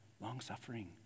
long-suffering